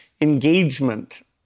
engagement